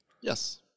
Yes